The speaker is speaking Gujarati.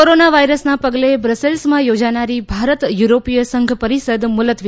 કોરોના વાવરના પગલે બ્રસેલ્સમાં થોજાનારી ભારત યુરોપીય સંઘ પરિષદ મુલતવી